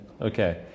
Okay